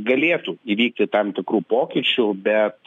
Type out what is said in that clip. galėtų įvykti tam tikrų pokyčių bet